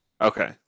okay